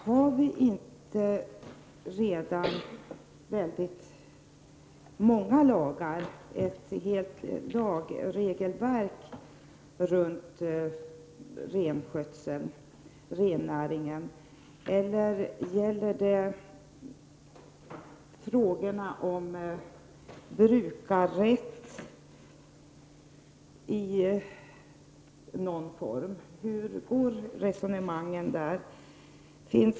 Har vi inte redan väldigt många lagar, ett helt lagregelverk, om renskötsel och rennäring? Gäller det här frågorna om brukarrätt i någon form? Hur går resonemangen där?